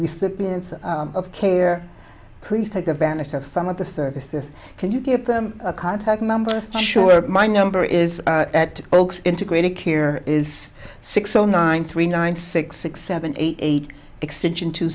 recipients of care please take advantage of some of the services can you give them a contact number just sure my number is at integrating here is six o nine three nine six six seven eight eight extension two